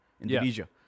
Indonesia